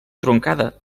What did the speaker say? truncada